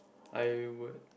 I would